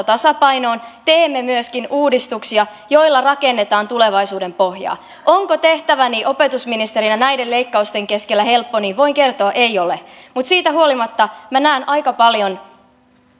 tasapainoon teemme myöskin uudistuksia joilla rakennetaan tulevaisuuden pohjaa onko tehtäväni opetusministerinä näiden leikkausten keskellä helppo voin kertoa ei ole mutta siitä huolimatta minä näen aika paljon